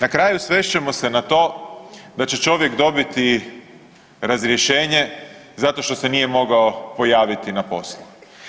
Na kraju svest ćemo se na to da će čovjek dobiti razrješenje zato što se nije mogao pojaviti na poslu.